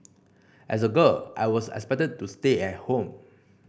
as a girl I was expected to stay at home